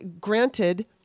granted